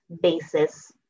basis